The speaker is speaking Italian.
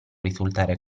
risultare